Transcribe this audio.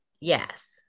yes